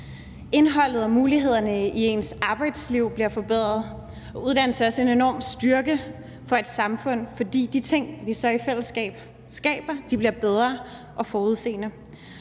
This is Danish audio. indholdet og mulighederne i ens arbejdsliv bliver forbedret. Uddannelse er også en enorm styrke for et samfund, fordi de ting, vi så i fællesskab skaber, bliver bedre og forudseende,